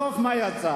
בסוף מה יצא?